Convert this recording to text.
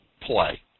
play